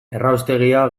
erraustegia